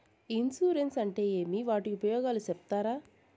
Insurance అంటే ఏమి? వాటి ఉపయోగాలు సెప్తారా?